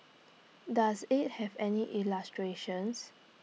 does IT have any illustrations